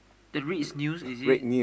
that reads is news is it